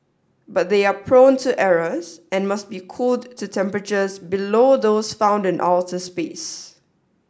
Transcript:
but they are prone to errors and must be cooled to temperatures below those found in outer space